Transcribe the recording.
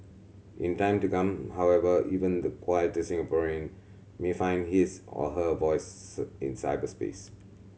in time to come however even the quieter Singaporean may find his or her voice in cyberspace